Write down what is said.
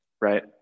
Right